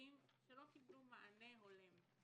נושאים שלא קיבלו מענה הולם.